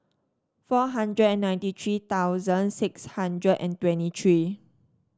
four hundred and ninety three thousand six hundred and twenty three